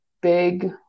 big